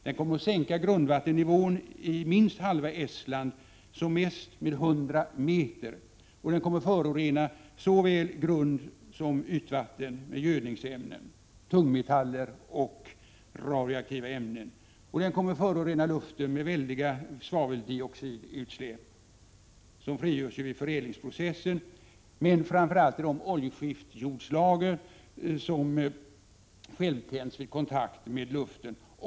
Den kommer att sänka grundvattennivån i minst halva Estland med som mest 100 meter. Den kommer att förorena såväl grundsom ytvatten med gödningsämnen, tungmetaller och radioaktiva ämnen. Den kommer att förorena luften med mycket stora svaveldioxidutsläpp, som ju frigörs vid förädlingsprocessen men framför allt i de oljeskiftsjordlager som självtänds vid kontakt med luften.